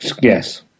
yes